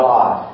God